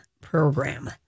program